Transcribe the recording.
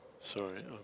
sorry